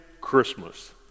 Christmas